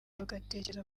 bagatekereza